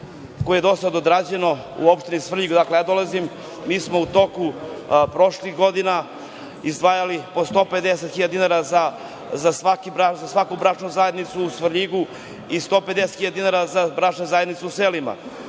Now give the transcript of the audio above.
koji su dosad odrađeni u opštini Svrljig, odakle ja dolazim. Mi smo u toku prošlih godina izdvajali po 150 hiljada dinara za svaku bračnu zajednicu u Svrljigu i 150 hiljada dinara za bračne zajednice u selima.